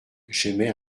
j’émets